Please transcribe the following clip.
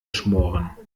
schmoren